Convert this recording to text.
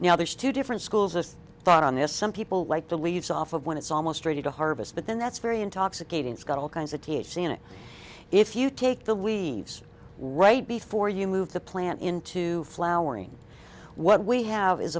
now there's two different schools of thought on this some people like the leaves off of one it's almost ready to harvest but then that's very intoxicating it's got all kinds of t h c in it if you take the we right before you move the plant into flowering what we have is